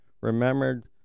remembered